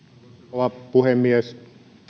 rouva puhemies nyt